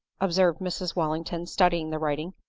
observed mrs welling ton, studying the writing.